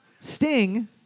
Sting